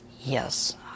Yes